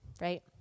right